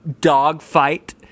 dogfight